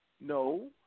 no